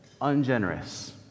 ungenerous